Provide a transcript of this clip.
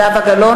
אינה נוכחת